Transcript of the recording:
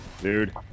Dude